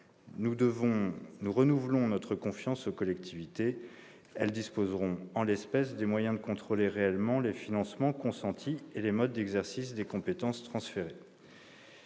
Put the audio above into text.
Nous renouvelons notre confiance aux collectivités : elles disposeront en l'espèce des moyens de contrôler réellement les financements consentis et les modes d'exercice des compétences transférées.